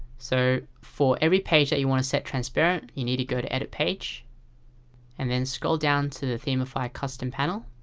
so for every page that you want to set as transparent, you need to go to edit page and then scroll down to the themify custom panel